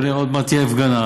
עוד מעט תהיה הפגנה,